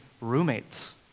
roommates